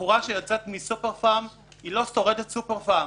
בחורה שיוצאת מ"סופרפארם" היא לא שורדת "סופרפארם".